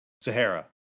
Sahara